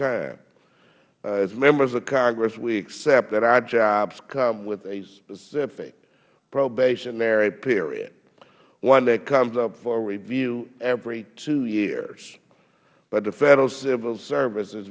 time as members of congress we accept that our jobs come with a specific probationary period one that comes up for review every two years but the federal civil service is